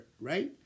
Right